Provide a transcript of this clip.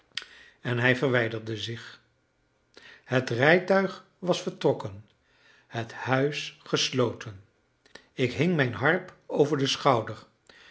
en hij verwijderde zich het rijtuig was vertrokken het huis gesloten ik hing mijn harp over den schouder